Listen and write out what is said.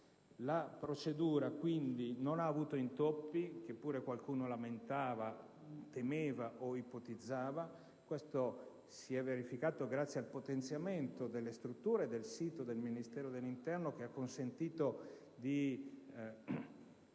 La procedura quindi non ha avuto gli intoppi che pure qualcuno lamentava, temeva o ipotizzava. Questo si è verificato grazie al potenziamento delle strutture del sito del Ministero dell'interno, che ha consentito di